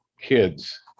kids